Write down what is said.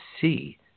see